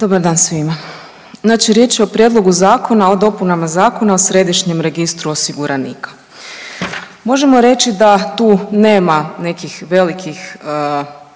Dobar dan svima. Znači riječ je o Prijedlogu zakona o dopunama Zakona o Središnjem registru osiguranika. Možemo reći da tu nema nekih velikih